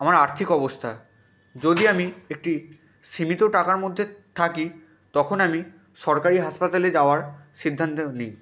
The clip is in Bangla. আমার আর্থিক অবস্থা যদি আমি একটি সীমিত টাকার মধ্যে থাকি তখন আমি সরকারি হাসপাতালে যাওয়ার সিদ্ধান্ত নিই